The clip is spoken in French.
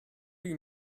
lui